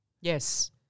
Yes